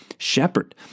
shepherd